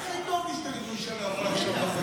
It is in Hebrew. הכי טוב שתגידו לי שאני לא יכול עכשיו,